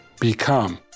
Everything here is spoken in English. become